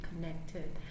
connected